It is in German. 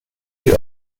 die